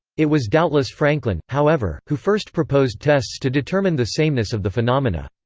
it was doubtless franklin, however, who first proposed tests to determine the sameness of the phenomena.